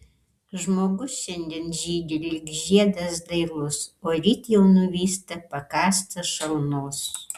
žmogus šiandien žydi lyg žiedas dailus o ryt jau nuvysta pakąstas šalnos